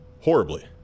Horribly